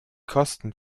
kosten